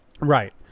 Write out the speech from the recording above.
right